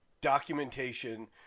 documentation